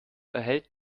erhält